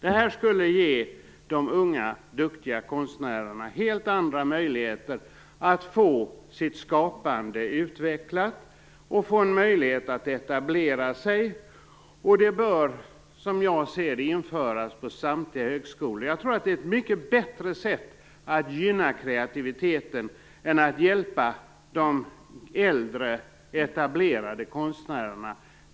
Detta skulle ge de unga duktiga konstnärerna helt andra möjligheter att få sitt skapande utvecklat och få en möjlighet att etablera sig. Det bör som jag ser det införas på samtliga högskolor. Jag tror att det är ett mycket bättre sätt att gynna kreativiteten än att hjälpa de äldre etablerade konstnärerna.